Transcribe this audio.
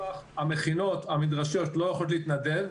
המכינות והמדרשות לא יכולות להתנדב,